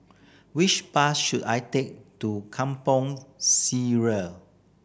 which bus should I take to Kampong Sireh